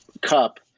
cup